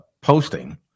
posting